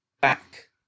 back